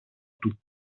του